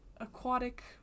aquatic